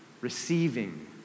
receiving